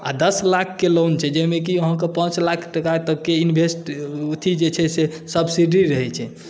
आ दस लाखके लोन छै जाहिमे कि अहाँकेँ पाँच लाख टका तक के इनवेस्ट अथी जे छै से सबसीड्री रहैत छै